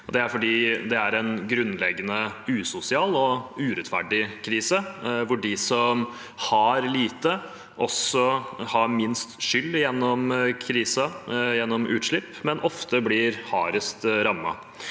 Det er fordi det er en grunnleggende usosial og urettferdig krise, hvor de som har lite, også har minst skyld i krisen, gjennom utslipp, men de blir ofte hardest rammet